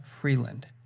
Freeland